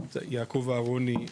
את יעקב אהרוני,